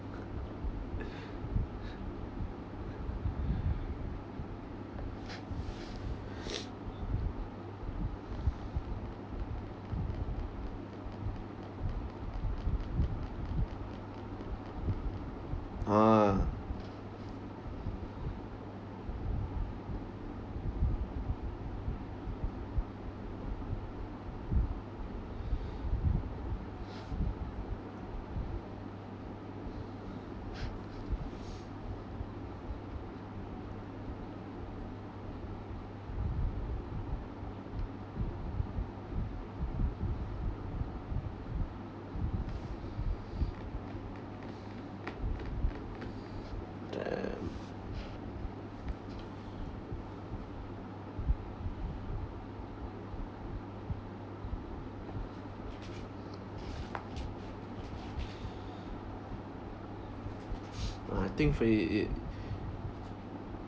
ah damn I think for i~ it